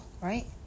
right